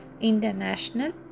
International